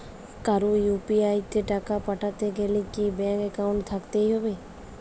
কারো ইউ.পি.আই তে টাকা পাঠাতে গেলে কি ব্যাংক একাউন্ট থাকতেই হবে?